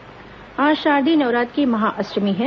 महाअष्टमी आज शारदेय नवरात्र की महाअष्टमी है